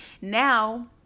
now